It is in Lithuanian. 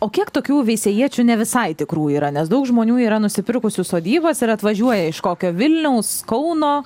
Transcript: o kiek tokių veisiejiečių ne visai tikrų yra nes daug žmonių yra nusipirkusių sodybas ir atvažiuoja iš kokio vilniaus kauno